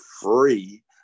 free